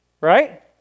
Right